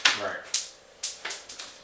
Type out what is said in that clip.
Right